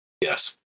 yes